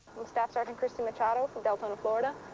staff sergeant christine machado from deltona, florida.